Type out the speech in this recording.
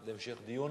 להמשך דיון?